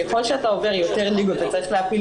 ככל שאתה יותר עובר ליגות ואתה צריך להעפיל